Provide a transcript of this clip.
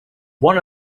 one